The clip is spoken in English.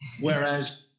Whereas